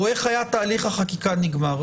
או איך היה תהליך החקיקה נגמר.